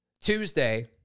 Tuesday